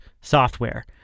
software